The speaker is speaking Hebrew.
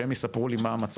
שהם יספרו לי מה המצב.